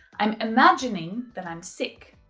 i'm imagining that i'm sick.